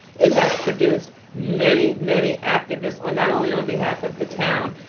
it has produced many, many activists, on not only on behalf of the town,